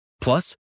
Plus